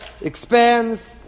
expands